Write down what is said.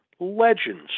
Legends